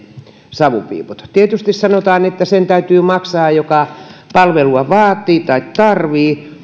savupiiput tietysti sanotaan että sen täytyy maksaa joka palvelua vaatii tai tarvitsee